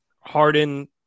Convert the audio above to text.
Harden